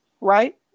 right